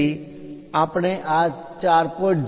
તેથી આપણે આ 4